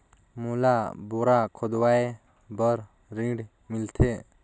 मोला बोरा खोदवाय बार ऋण मिलथे?